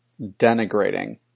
denigrating